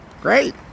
Great